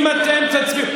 אם אתם תצביעו,